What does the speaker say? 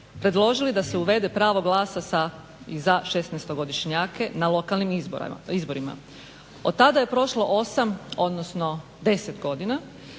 predložili da se uvede pravo glasa sa i za šesnaestogodišnjake na lokalnim izborima. Od tada je prošlo 8, odnosno 10 godina